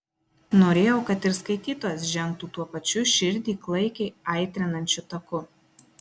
norėjau kad ir skaitytojas žengtų tuo pačiu širdį klaikiai aitrinančiu taku